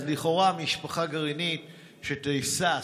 אז לכאורה המשפחה הגרעינית שתיסע,